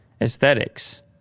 aesthetics